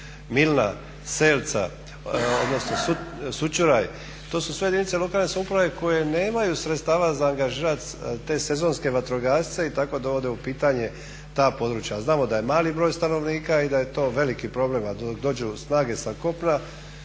Milna, Selca, Sućuraj to su sve jedinice lokalne samouprave koje nemaju sredstava za angažirati sezonske vatrogasce i tako dovode u pitanje ta područja, a znamo da je mali broj stanovnika i da je to veliki problem. a dok dođu snage sa kopna